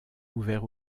ouvert